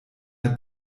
der